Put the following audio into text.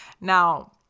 Now